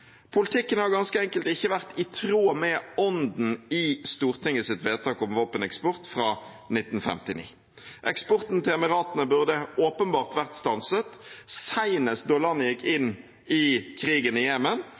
Politikken har ganske enkelt ikke vært i tråd med ånden i Stortingets vedtak om våpeneksport fra 1959. Eksporten til Emiratene burde åpenbart vært stanset, senest da landet gikk